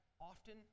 often